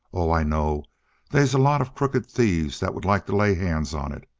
oh, i know they's a lot of crooked thieves that would like to lay hands on it.